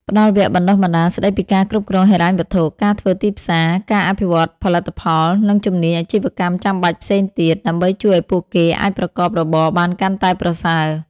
ផ្តល់វគ្គបណ្តុះបណ្តាលស្តីពីការគ្រប់គ្រងហិរញ្ញវត្ថុ ការធ្វើទីផ្សារ ការអភិវឌ្ឍផលិតផល និងជំនាញអាជីវកម្មចាំបាច់ផ្សេងទៀត ដើម្បីជួយឱ្យពួកគេអាចប្រកបរបរបានកាន់តែប្រសើរ ។